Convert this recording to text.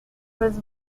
was